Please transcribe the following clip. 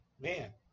man